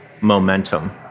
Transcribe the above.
momentum